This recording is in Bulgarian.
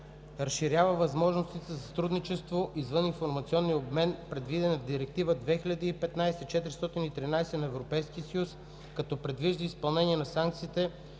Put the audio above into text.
разширява възможностите за сътрудничество извън информационния обмен, предвиден в Директива 2015/413/ЕС, като предвижда изпълнение на санкциите,